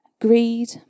Greed